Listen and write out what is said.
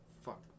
fuck